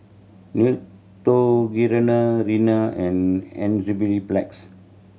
Neutrogena Rene and Enzyplex